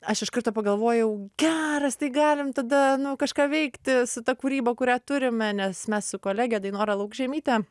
aš iš karto pagalvojau geras tai galim tada kažką veikti su ta kūryba kurią turime nes mes su kolege dainora laukžemyte